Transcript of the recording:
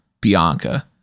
Bianca